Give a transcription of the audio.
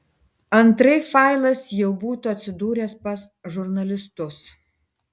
antraip failas jau būtų atsidūręs pas žurnalistus